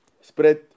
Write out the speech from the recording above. spread